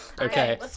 Okay